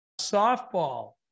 softball